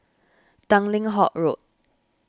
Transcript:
Tanglin Halt Road